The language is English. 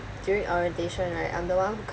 during orientation right I'm the one who